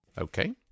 Okay